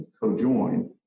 co-join